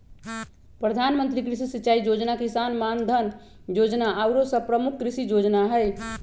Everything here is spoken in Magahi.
प्रधानमंत्री कृषि सिंचाई जोजना, किसान मानधन जोजना आउरो सभ प्रमुख कृषि जोजना हइ